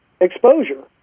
Exposure